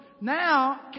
now